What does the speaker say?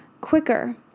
quicker